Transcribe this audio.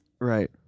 Right